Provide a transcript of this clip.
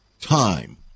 time